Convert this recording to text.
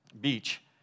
beach